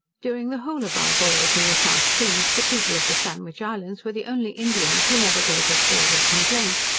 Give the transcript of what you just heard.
during the whole of our voyage in the south seas, the people of the sandwich islands were the only indians who never gave us cause of complaint.